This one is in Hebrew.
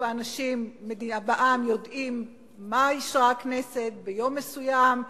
שרוב האנשים בעם יודעים מה אישרה הכנסת ביום מסוים,